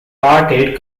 parted